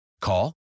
Call